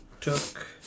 took